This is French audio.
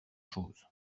chose